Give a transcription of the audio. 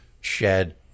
shed